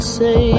say